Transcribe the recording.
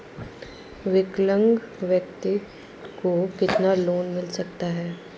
विकलांग व्यक्ति को कितना लोंन मिल सकता है?